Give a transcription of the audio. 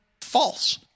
false